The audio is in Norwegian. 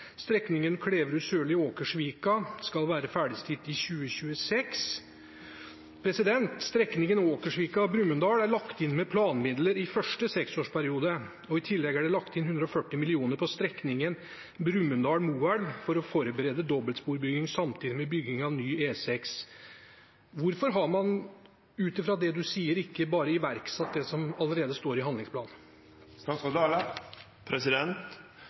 Strekningen Kleverud–Sørli–Åkersvika skal være ferdigstilt i 2026. Strekningen Åkersvika–Brumunddal er lagt inn med planmidler i første seksårsperiode, og i tillegg er det lagt inn 140 mill. kr på strekningen Brumunddal–Moelv for å forberede dobbeltsporbygging samtidig med bygging av ny E6. Hvorfor har man, ut ifra det statsråden sier, ikke bare iverksatt det som allerede står i